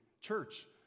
church